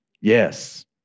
Yes